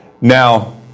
Now